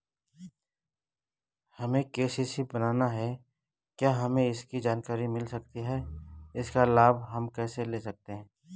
हमें के.सी.सी बनाना है क्या हमें इसकी जानकारी मिल सकती है इसका लाभ हम कैसे ले सकते हैं?